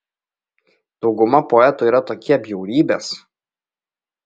dauguma poetų yra tokie bjaurybės